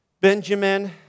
Benjamin